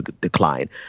decline